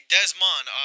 Desmond